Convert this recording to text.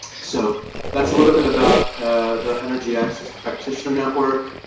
so that's a little bit about the energy access practitioner network.